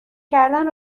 کردن